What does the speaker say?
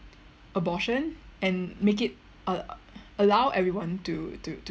abortion and make it a~ allow everyone to to to